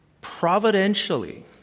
providentially